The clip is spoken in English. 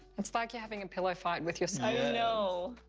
it's like you're having a pillow fight with yourself. i ah know!